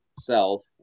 self